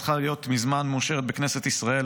הייתה צריכה להיות מאושרת בכנסת ישראל.